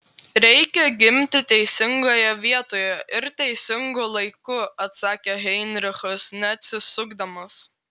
reikia gimti teisingoje vietoje ir teisingu laiku atsakė heinrichas neatsisukdamas